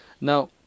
Now